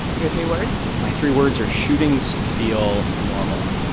your three words? my three words are shootings feel normal.